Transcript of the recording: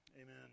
Amen